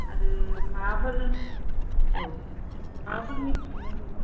आरो माबाफोर औ माबाफोर मिथिनो लुबै